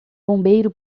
bombeiro